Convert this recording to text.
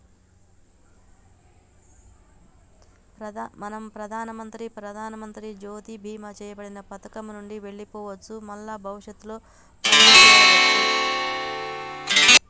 మనం ప్రధానమంత్రి ప్రధానమంత్రి జ్యోతి బీమా చేయబడిన పథకం నుండి వెళ్లిపోవచ్చు మల్ల భవిష్యత్తులో మళ్లీ చేరవచ్చు